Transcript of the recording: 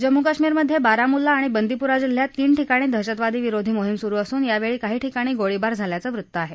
जम्मू कश्मीरमधे बाराम्ल्ला आणि बंदीप्रा जिल्ह्यात तीन ठिकाणी दहशतवादी विरोधी मोहिम सुरु असून यावेळी काही ठिकाणी गोळीबार झाल्याचं वृत्त आहे